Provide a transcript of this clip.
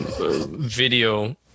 video